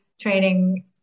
training